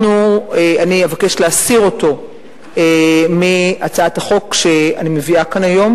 אני אבקש להסיר אותו מהצעת החוק שאני מביאה כאן היום.